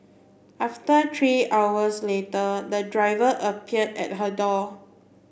after three hours later the driver appeared at her door